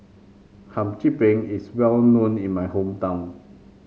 Hum Chim Peng is well known in my hometown